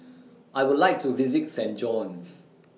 I Would like to visit Saint John's